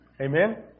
Amen